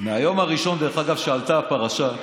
מהיום הראשון, דרך אגב, שעלתה הפרשה,